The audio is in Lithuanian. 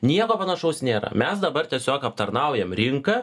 nieko panašaus nėra mes dabar tiesiog aptarnaujam rinką